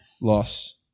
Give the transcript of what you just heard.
Loss